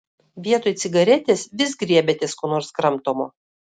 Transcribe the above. vietoj cigaretės vis griebiatės ko nors kramtomo